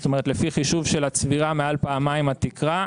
זאת אומרת, לפי חישוב של הצבירה מעל פעמיים התקרה,